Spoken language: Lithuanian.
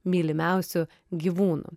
mylimiausių gyvūnų